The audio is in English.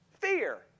Fear